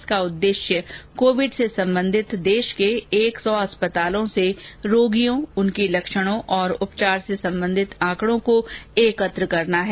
इसका उद्देश्य कोविड से संबंधित देश के एक सौ अस्पतालों से रोगियों उनके लक्षणों और उपचार से संबंधित आंकड़ों को एकत्र करना है